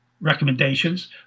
recommendations